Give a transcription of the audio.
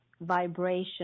vibration